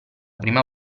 prima